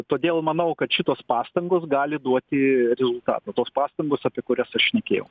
todėl manau kad šitos pastangos gali duoti rezultatų tos pastangos apie kurias aš šnekėjau